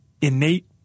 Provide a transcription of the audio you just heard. innate